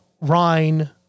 Rhine